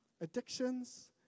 Addictions